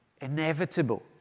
inevitable